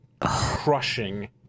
crushing